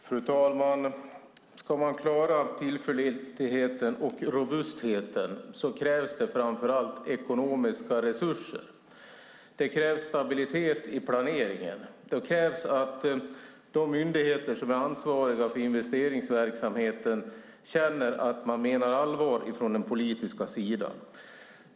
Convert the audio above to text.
Fru talman! Ska man klara tillförlitligheten och robustheten krävs det framför allt ekonomiska resurser. Det krävs stabilitet i planeringen. Det krävs att de myndigheter som är ansvariga för investeringsverksamheten känner att man menar allvar från den politiska sidan.